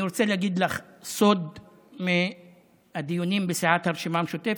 אני רוצה להגיד לך סוד מהדיונים בסיעת הרשימה המשותפת: